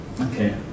Okay